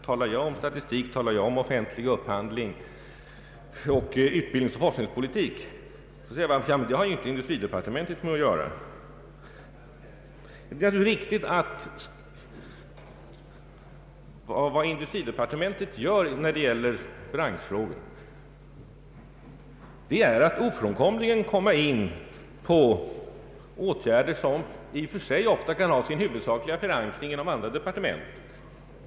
Talar jag om statistik och offentlig upphandling och utbildningsoch forskningspolitik, så säger herr Wallmark att departementet inte har med detta att göra. Det är naturligtvis riktigt att när det gäller branschfrågor måste industridepartementet komma in på åtgärder som i och för sig ofta kan ha sin huvudsakliga förankring i andra departement.